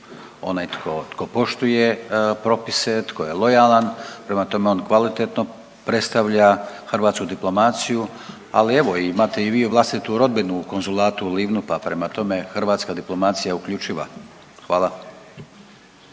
onaj tko poštuje propise, tko je lojalan, prema tome on kvalitetno predstavlja hrvatsku diplomaciju. Ali evo imate i vi vlastite rodbinu u konzulatu u Livnu pa prema tome hrvatska diplomacija je uključiva. Hvala.